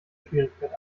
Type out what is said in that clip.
schwierigkeit